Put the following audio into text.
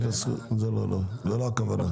לא, זו לא הכוונה.